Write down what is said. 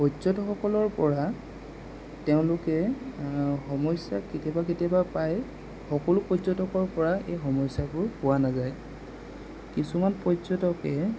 পৰ্যটকসকলৰ পৰা তেওঁলোকে সমস্যা কেতিয়াবা কেতিয়াবা পায় সকলো পৰ্যটকৰ পৰা এই সমস্যাবোৰ পোৱা নাযায় কিছুমান পৰ্যটকে